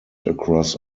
across